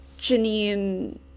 Janine